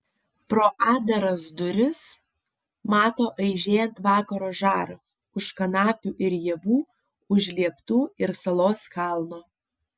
pro atdaras duris mato aižėjant vakaro žarą už kanapių ir javų už lieptų ir salos kalno